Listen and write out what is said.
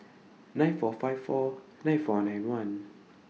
nine four five four nine four nine one